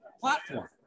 platform